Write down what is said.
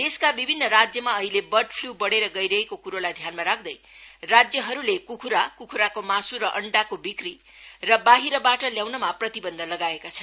देशका विभिन्न राज्यमा अहिले बर्ड फ्लू बढेर गइरहेको कुरोलाई ध्यानमा राख्दै राज्यहरूले कुखुरा कुखुराको माशु र अण्डाको बिक्री र बाहिरबाट ल्याउनमा प्रतिबन्ध लगाएका छन्